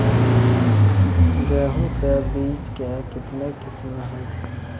गेहूँ के बीज के कितने किसमें है?